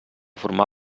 formà